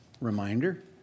reminder